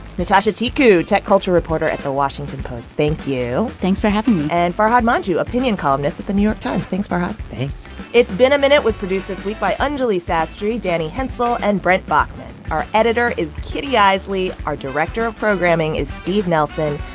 nitasha tiku, tech culture reporter at the washington post, thank you thanks for having me and farhad manjoo, opinion columnist at the new york times. thanks, farhad thanks it's been a minute was produced this week by anjuli sastry, danny hensel and brent baughman. our editor is kitty eisele. our director of programming is steve nelson.